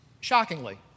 shockingly